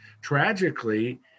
tragically